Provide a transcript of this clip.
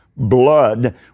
blood